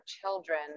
children